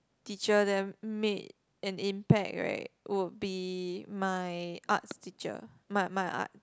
teacher that made an impact right would be my Arts teacher my my Art